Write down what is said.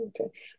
Okay